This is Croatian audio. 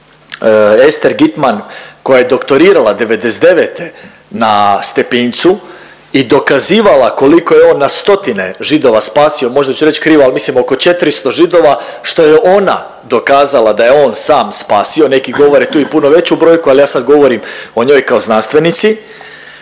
Esther Gitman koja je doktorirala '99. na Stepincu i dokazivala koliko je on na stotine Židova spasio, možda ću reć krivo ali mislim oko 400 Židova, što je ona dokazala da je on sam spasio. Neki govore tu i puno veću brojku ali ja sad govorim o njoj kao znanstvenici